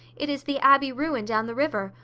it is the abbey ruin down the river,